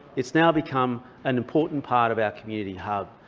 it's now become an important part of our community hub.